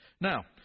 Now